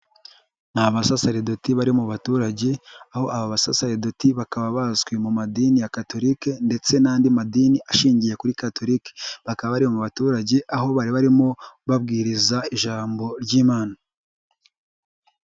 Ni abasaseredoti bari mu baturage, aho aba basaseredoti bakaba bazwi mu madini ya Katolike ndetse n'andi madini ashingiye kuri Katolike. Bakaba bari mu baturage aho bari barimo babwiriza ijambo ry'Imana.